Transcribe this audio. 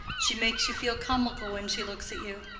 she makes you feel comical when she looks at you.